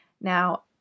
Now